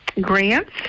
grants